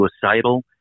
suicidal